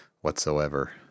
Whatsoever